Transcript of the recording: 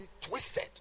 twisted